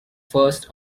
first